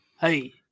Hey